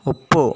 ಒಪ್ಪು